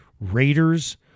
Raiders